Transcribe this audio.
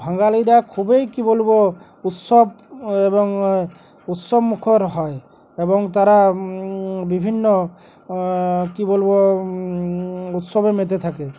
বাঙালিরা খুবই কী বলব উৎসব এবং উৎসবমুখর হয় এবং তারা বিভিন্ন কী বলবো উৎসবে মেতে থাকে